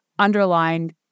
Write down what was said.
Underlined